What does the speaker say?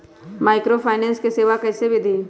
Microfinance के सेवा कइसे विधि?